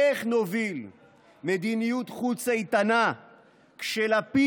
איך נוביל מדיניות חוץ איתנה כשלפיד